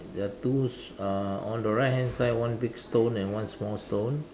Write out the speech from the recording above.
there are tools uh on the right hand side one big stone and one small stone